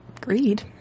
Greed